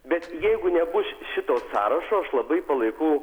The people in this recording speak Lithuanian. bet jeigu nebus šito sąrašo aš labai palaikau